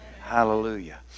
Hallelujah